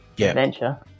adventure